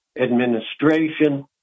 administration